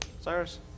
Cyrus